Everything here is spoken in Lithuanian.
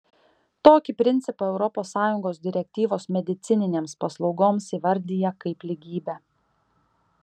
tokį principą europos sąjungos direktyvos medicininėms paslaugoms įvardija kaip lygybę